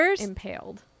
impaled